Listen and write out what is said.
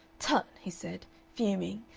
tut! he said, fuming,